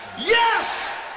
Yes